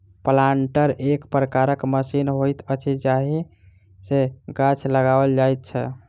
planter एक प्रकारक machine होइत अछि जाहि सॅ गाछ लगाओल जाइत छै